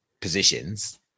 positions